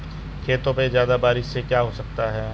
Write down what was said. खेतों पे ज्यादा बारिश से क्या हो सकता है?